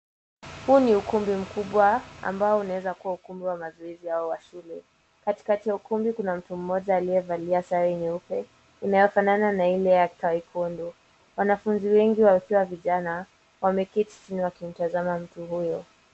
Huu ni mkumbi mkubwa ambao unaeza kuwa ukumbi wa mazoezi au wa shuguli. Katikati ya ukumbi kuna mtu mmoja aliyevalia sare nyeupe inayofanana na ile ya taikwondo. Wanafunzi wengi wakiwa vijana wameketi chini wakimtazama mtu huyo.